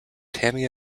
tammy